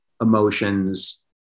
emotions